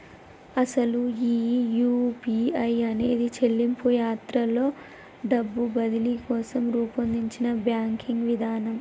అసలు ఈ యూ.పీ.ఐ అనేది చెల్లింపు యాత్రలో డబ్బు బదిలీ కోసం రూపొందించిన బ్యాంకింగ్ విధానం